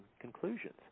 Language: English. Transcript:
conclusions